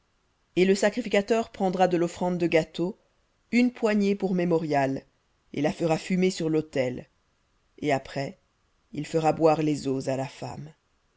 et le sacrificateur prendra de l'offrande de gâteau une poignée pour mémorial et la fera fumer sur l'autel et après il fera boire les eaux à la femme